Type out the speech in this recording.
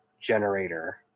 generator